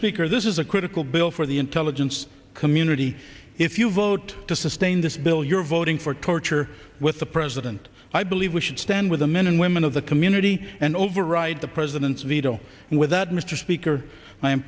speaker this is a critical bill for the intelligence community if you vote to sustain this well you're voting for torture with the president i believe we should stand with the men and women of the community and override the president's veto and with that mr speaker i